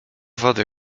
wody